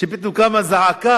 שפתאום קמה זעקה